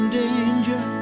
danger